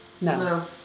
no